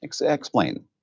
Explain